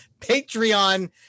Patreon